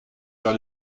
vers